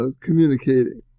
communicating